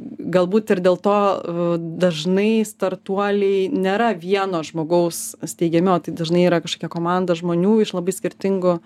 galbūt ir dėl to dažnai startuoliai nėra vieno žmogaus steigiami o tai dažnai yra kažkokia komanda žmonių iš labai skirtingų